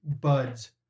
Buds